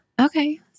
okay